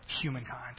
humankind